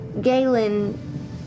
Galen